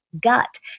gut